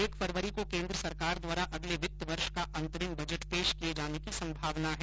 एक फरवरी को केन्द्र सरकार द्वारा अगले वित्त वर्ष का अंतरिम बजट पेश किये जाने की संभावना है